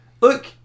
look